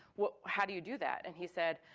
well, how do you do that? and he said,